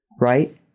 Right